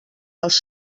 els